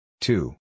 Two